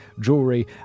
jewelry